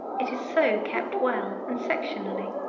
it is so kept well and sectionally.